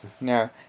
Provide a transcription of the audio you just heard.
No